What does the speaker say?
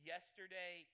Yesterday